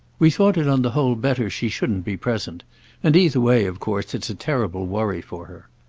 we thought it on the whole better she shouldn't be present and either way of course it's a terrible worry for her.